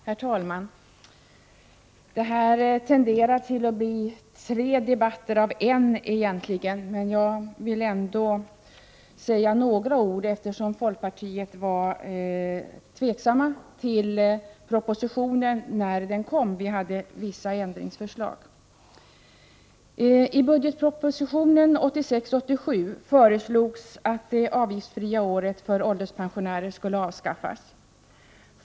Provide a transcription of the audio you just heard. Herr talman! Det här tenderar att bli tre debatter i en, men jag vill ändå säga några ord i det här sammanhanget, eftersom folkpartiet var tveksamt till propositionen när den kom — vi hade vissa ändringsförslag. I budgetpropositionen för 1986/87 föreslogs att det avgiftsfria året för ålderspensionärer skulle avskaffas.